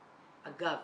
אגב,